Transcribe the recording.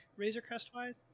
Razorcrest-wise